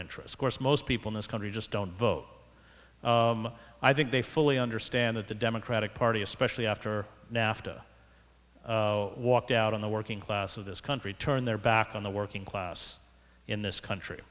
interests course most people in this country just don't vote i think they fully understand that the democratic party especially after nafta walked out on the working class of this country turned their back on the working class in this country